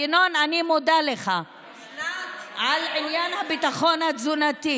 ינון, אני מודה לך על עניין הביטחון התזונתי.